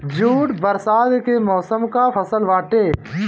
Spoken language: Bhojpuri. जूट बरसात के मौसम कअ फसल बाटे